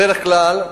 בדרך כלל,